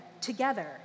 together